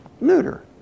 neuter